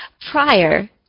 prior